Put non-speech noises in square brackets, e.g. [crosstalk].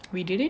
[noise] we did it